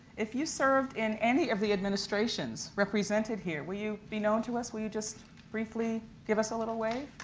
if you served in any of the administrations, represented here, will you be known to us? will you just briefly give us a little wave?